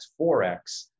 4x